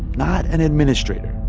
not an administrator.